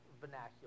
vernacular